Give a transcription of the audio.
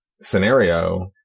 scenario